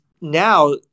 now